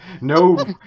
no